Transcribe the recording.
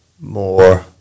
more